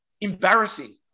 Embarrassing